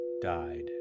died